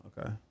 Okay